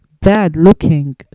bad-looking